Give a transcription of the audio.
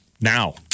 now